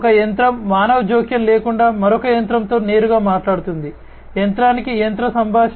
ఒక యంత్రం మానవ జోక్యం లేకుండా మరొక యంత్రంతో నేరుగా మాట్లాడుతుంది యంత్రానికి యంత్ర సంభాషణ